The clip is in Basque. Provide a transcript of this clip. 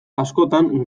askotan